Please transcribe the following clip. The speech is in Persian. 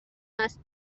است